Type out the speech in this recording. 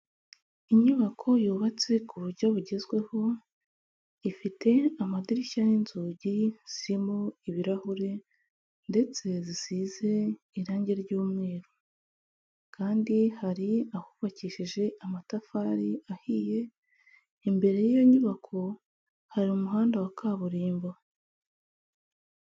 Inyubako yubatse ku buryo bugezweho, ifite amadirishya n'inzugi zirimo ibirahure ndetse zisize irange ry'umweru. Kandi hari ahubakishije amatafari ahiye, imbere y'iyo nyubako hari umuhanda wa kaburimbo.